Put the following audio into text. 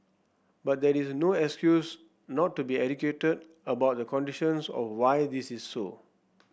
but that is no excuse not to be educated about the conditions of why this is so